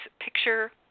picture